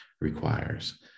requires